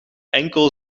enkel